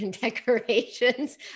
decorations